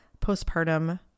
postpartum